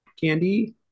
Candy